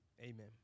Amen